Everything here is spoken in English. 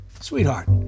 sweetheart